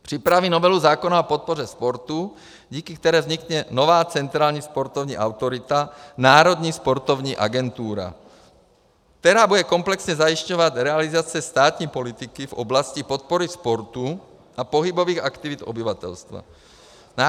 Připraví novelu zákona o podpoře sportu, díky které vznikne nová centrální sportovní autorita, národní sportovní agentura, která bude komplexně zajišťovat realizaci státní politiky v oblasti podpory sportu a pohybových aktivit obyvatelstva.